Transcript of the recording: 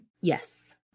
Yes